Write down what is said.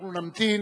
אנחנו נמתין.